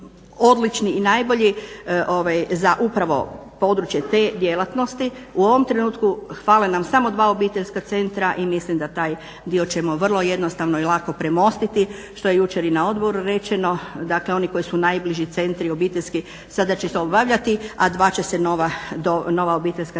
i najbolji za upravo područje te djelatnosti. U ovom trenutku fale nam samo dva obiteljska centra i mislim da taj dio ćemo vrlo jednostavno i lako premostiti što je jučer i na odboru rečeno. Dakle oni koji su najbliži centri obiteljski sada će se obavljati a dva će nova obiteljska centra